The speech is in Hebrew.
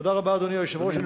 תודה רבה, אדוני היושב-ראש.